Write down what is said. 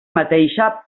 mateixa